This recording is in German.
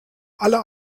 aller